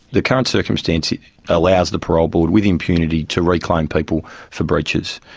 the current circumstance allows the parole board with impunity to reclaim people for breaches,